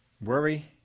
Worry